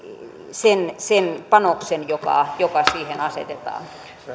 sen panoksen joka siihen asetetaan